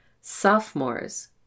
Sophomores